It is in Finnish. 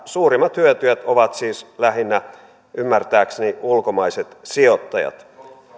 suurimmat hyötyjät ovat siis lähinnä ymmärtääkseni ulkomaiset sijoittajat